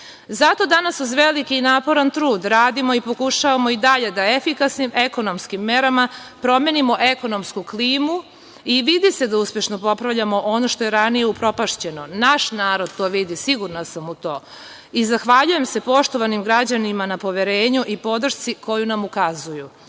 danas uz veliki i naporan trud radimo i pokušavamo i dalje da efikasnim, ekonomskim merama promenimo ekonomsku klimu i vidi se da uspešno popravljamo ono što je ranije upropašćeno, naš narod to vidi, sigurna sam u to. Zahvaljujem se poštovanim građanima na poverenju i podršci koju nam ukazuju,